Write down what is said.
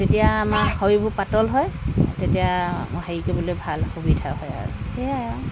তেতিয়া আমাৰ শৰীৰবোৰ পাতল হয় তেতিয়া হেৰি কৰিবলৈ ভাল সুবিধা হয় আৰু সেয়াই আৰু